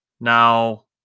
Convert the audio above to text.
Now